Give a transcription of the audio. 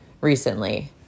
recently